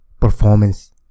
performance